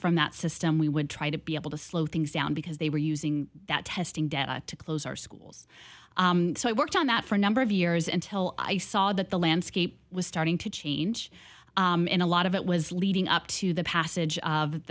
from that system we would try to be able to slow things down because they were using that testing data to close our schools so i worked on that for a number of years until i saw that the landscape was starting to change and a lot of it was leading up to the passage of